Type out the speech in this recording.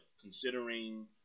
considering